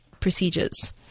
Procedures